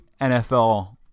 NFL